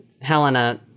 Helena